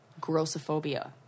Grossophobia